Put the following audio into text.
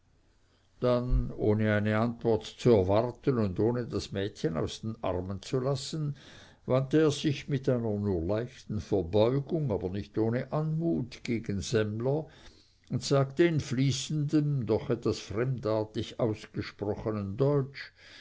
dann ohne eine antwort zu erwarten und ohne das mädchen aus den armen zu lassen wandte er sich mit einer nur leichten verbeugung aber nicht ohne anmut gegen semmler und sagte in fließendem doch etwas fremdartig ausgesprochenem deutsch